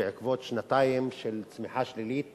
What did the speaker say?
בעקבות שנתיים של צמיחה שלילית